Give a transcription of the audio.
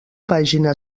pàgina